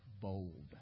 bold